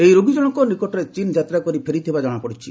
ଏହି ରୋଗୀ ଜଣକ ନିକଟରେ ଚୀନ୍ ଯାତ୍ରା କରି ଫେରିଥିବା କଣାପଡିଛି